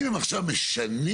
אם הוא ילך לבית משפט,